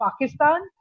Pakistan